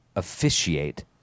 officiate